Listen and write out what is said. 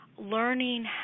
learning